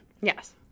Yes